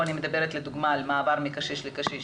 אני מדברת לדוגמה על מעבר מקשיש לקשיש,